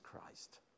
Christ